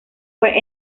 fue